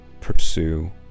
pursue